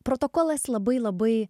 protokolas labai labai